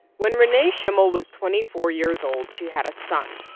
when rene schimmel was twenty four years old, she had a son,